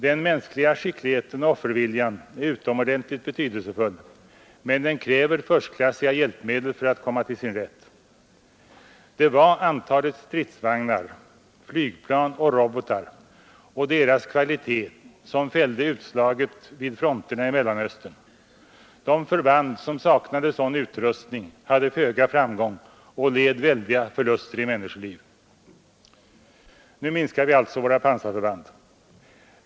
Den mänskliga skickligheten och offerviljan är utomordentligt betydelsefull, men den kräver förstklassiga hjälpmedel för att komma till sin rätt. Det var antalet stridsvagnar, flygplan och robotar och deras kvalitet som fällde utslaget vid fronterna i Mellanöstern. De förband som saknade sådan utrustning hade föga framgång och led väldiga förluster i människoliv. Nu minskar vi alltså våra pansarförband.